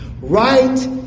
Right